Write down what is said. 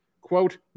Quote